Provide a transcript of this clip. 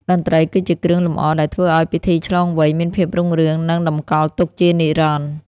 តន្ត្រីគឺជាគ្រឿងលម្អដែលធ្វើឱ្យពិធីឆ្លងវ័យ មានភាពរុងរឿង និងតម្កល់ទុកជានិរន្តរ៍។